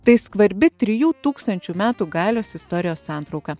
tai skvarbi trijų tūkstančių metų galios istorijos santrauka